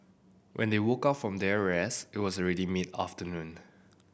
when they woke up from their rest it was already mid afternoon